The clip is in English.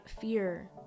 fear